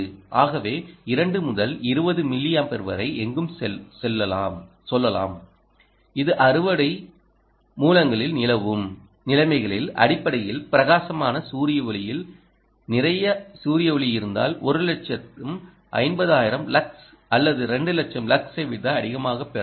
ஆகவே2 முதல் 20 மில்லியம்பியர் வரை எங்கும் சொல்லலாம் இது அறுவடை மூலங்களில் நிலவும் நிலைமைகளின் அடிப்படையில் பிரகாசமான சூரிய ஒளியில் நிறைய சூரிய ஒளி இருந்தால் 1 லட்சம் 50000 லக்ஸ் அல்லது 2 லட்சம் லக்ஸை விட அதிகமாக பெறலாம்